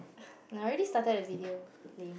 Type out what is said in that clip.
I already started the video game